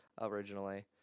originally